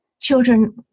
children